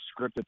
scripted